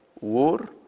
war